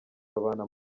babana